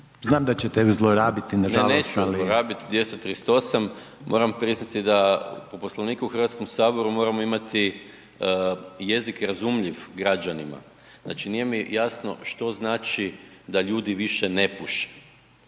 nažalost, ali… **Maras, Gordan (SDP)** Ne neću ju zlorabiti, 238. moram priznati da po Poslovniku u Hrvatskom saboru moramo imati jezik razumljiv građanima. Znači nije mi jasno što znači da ljudi više ne puše,